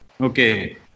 Okay